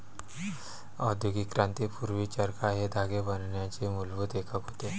औद्योगिक क्रांती पूर्वी, चरखा हे धागे बनवण्याचे मूलभूत एकक होते